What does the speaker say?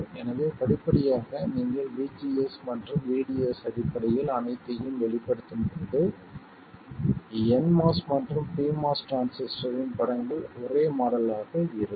எனவே படிப்படியாக நீங்கள் vGS மற்றும் vDS அடிப்படையில் அனைத்தையும் வெளிப்படுத்தும் போது nMOS மற்றும் pMOS டிரான்சிஸ்டரின் படங்கள் ஒரே மாடல் ஆக இருக்கும்